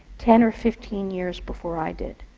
ten or fifteen years before i did.